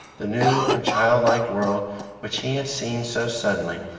the new and childlike world which he had seen so suddenly,